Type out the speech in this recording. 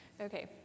Okay